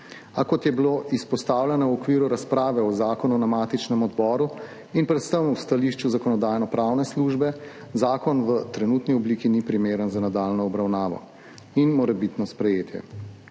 a kot je bilo izpostavljeno v okviru razprave o zakonu na matičnem odboru in predvsem v stališču Zakonodajno-pravne službe, zakon v trenutni obliki ni primeren za nadaljnjo obravnavo in morebitno sprejetje.